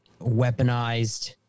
weaponized